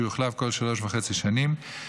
שיוחלף כל 3.5 שנים,